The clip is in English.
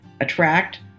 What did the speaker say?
attract